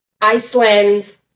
Iceland